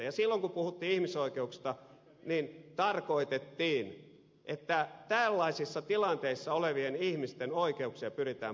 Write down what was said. silloin kun puhuttiin ihmisoikeuksista tarkoitettiin että tällaisissa tilanteissa olevien ihmisten oikeuksia pyritään parantamaan